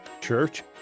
church